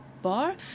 bar